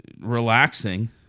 relaxing